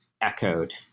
echoed